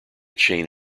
chain